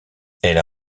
elles